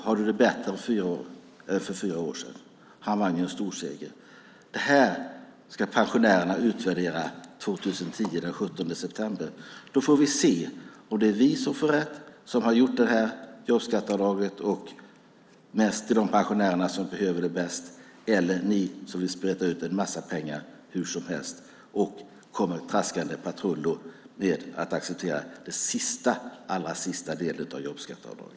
Har du det bättre än för fyra år sedan? Ronald Reagan vann en storseger. Detta ska pensionärerna utvärdera den 17 september 2010. Då får vi se om det är vi som har genomfört detta jobbskatteavdrag och mest till de pensionärer som behöver det bäst som får rätt, eller om det är ni som vill spreta ut en massa pengar hur som helst och om ni kommer att komma traskande och acceptera den allra sista delen av jobbskatteavdraget.